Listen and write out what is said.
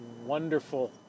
wonderful